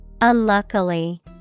unluckily